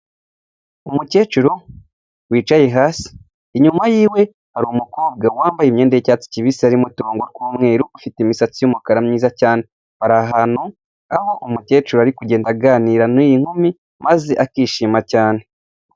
Umukecuru wicaye hasi, inyuma yiwe hari umukobwa wambaye imyenda y'icyatsi kibisi arimo uturongo tw' umweru. Ufite imisatsi y'umukara mwiza cyiza cyane. Bari ahantu aho umukecuru ari kugenda aganira n'yi nkumi maze akishima cyane.